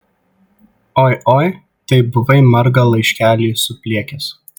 oi oi tai buvai margą laiškelį supliekęs